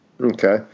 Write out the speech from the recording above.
Okay